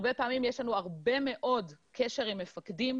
הרבה פעמים יש לנו הרבה מאוד קשר עם מפקדים,